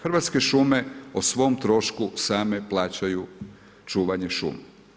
Hrvatske šume o svom trošku same plaćaju čuvanje šuma.